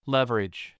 Leverage